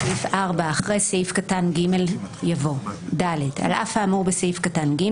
בסעיף 4 אחרי סעיף קטן (ג) יבוא: "(ד) על אף האמור בסעיף קטן (ג),